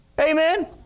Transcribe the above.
Amen